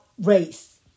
race